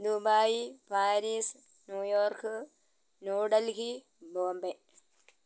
Dubai Paris New York New Delhi Bombay